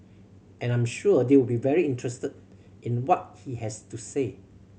and I'm sure they'll be very interested in what he has to say